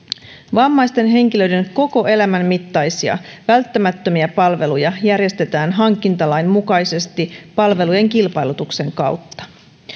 vammaisten henkilöiden koko elämän mittaisia välttämättömiä palveluja järjestetään hankintalain mukaisesti palvelujen kilpailutuksen kautta